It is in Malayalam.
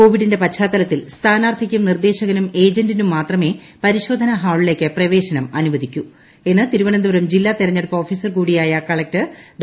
കോവിഡിന്റെ പശ്ചാത്തലത്തിൽ സ്ഥാനാർഥിക്കും നിർദേശകനും ഏജന്റിനും മാത്രമേ പരിശോധനാ ഹാളിലേക്കു പ്രവേശനം അനുവദിക്കൂ എന്നു തിരുവനന്തപുരം ജില്ലാ തെരഞ്ഞെടുപ്പ് ഓഫിസർകൂടിയായ കളക്ടർ ഡോ